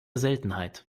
seltenheit